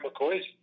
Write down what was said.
McCoy's